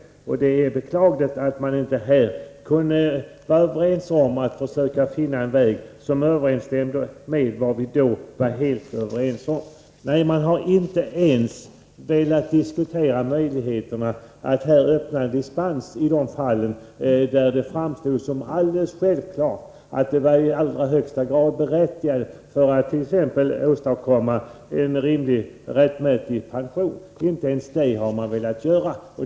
Det är beklagligt att man inte nu ville finna en lösning som överensstämde med vad vi då var helt överens om. Man har inte ens velat diskutera att öppna möjligheten till dispens i de fall där det var i allra högsta grad berättigat för att t.ex. åstadkomma en rättmätig pension. Inte ens det har man som sagt velat göra.